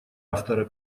автора